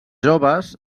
joves